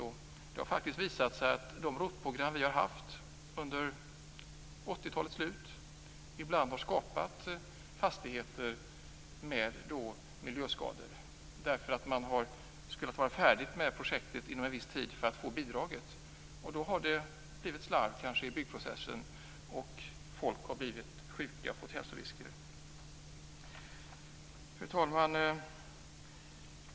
Det har faktiskt visat sig att de ROT-program vi har haft under 80-talets slut ibland har skapat fastigheter med miljöskador. Man har varit tvungen att vara färdig med projektet inom en viss tid för att få bidraget. Då har det kanske blivit slarv i byggprocessen och människor har blivit sjuka och utsatta för hälsorisker. Fru talman!